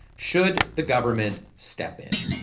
should the government step in?